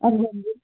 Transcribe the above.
हंजी हंजी